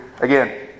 Again